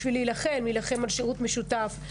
בשביל להילחם להילחם על שירות משותף,